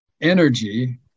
energy